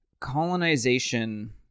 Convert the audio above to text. colonization